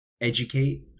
educate